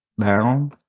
down